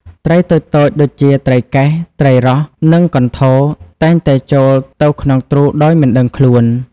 ត្រីតូចៗដូចជាត្រីកែស ត្រីរស់ និងកន្ធរ តែងតែចូលទៅក្នុងទ្រូដោយមិនដឹងខ្លួន។